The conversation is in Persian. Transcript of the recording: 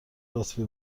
لطفی